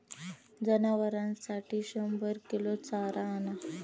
जनावरांसाठी शंभर किलो चारा आणा